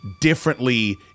differently